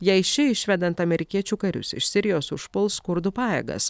jei ši išvedant amerikiečių karius iš sirijos užpuls kurdų pajėgas